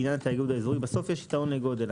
לעניין התאגוד האזורי בסוף יש יתרון לגודל.